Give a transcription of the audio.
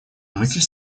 мысль